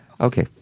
Okay